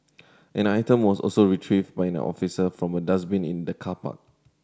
an item was also retrieved by an officer from a dustbin in the car park